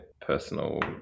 personal